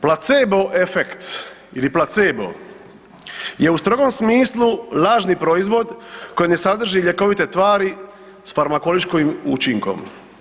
Placebo efekt ili placebo je u strogom smislu lažni proizvod koji ne sadrži ljekovite tvari s farmakološkim učinkom.